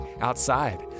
outside